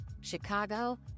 Chicago